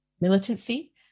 militancy